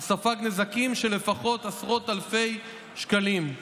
הוא ספג נזקים של לפחות עשרות אלפי שקלים.